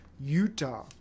Utah